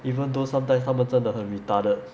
even though sometimes 他们真的很 retarded